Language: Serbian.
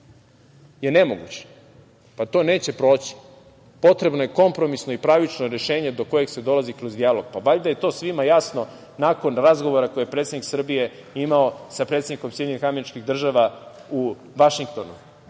je nemoguć. To neće proći. Potrebno je kompromisno i pravično rešenje do kojeg se dolazi kroz dijalog. Valjda je to svima jasno nakon razgovora koje je predsednik Srbije imao sa predsednikom SAD u Vašingtonu?